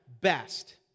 best